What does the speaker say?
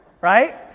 right